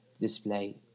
display